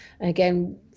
Again